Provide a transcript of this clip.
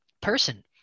person